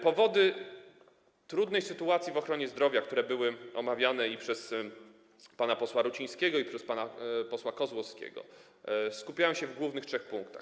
Powody trudnej sytuacji w ochronie zdrowia, które były omawiane i przez pana posła Rucińskiego, i przez pana posła Kozłowskiego, skupiają się w głównych trzech punktach.